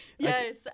Yes